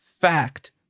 fact